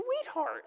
sweetheart